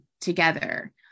together